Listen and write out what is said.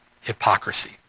hypocrisy